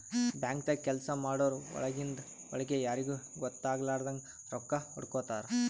ಬ್ಯಾಂಕ್ದಾಗ್ ಕೆಲ್ಸ ಮಾಡೋರು ಒಳಗಿಂದ್ ಒಳ್ಗೆ ಯಾರಿಗೂ ಗೊತ್ತಾಗಲಾರದಂಗ್ ರೊಕ್ಕಾ ಹೊಡ್ಕೋತಾರ್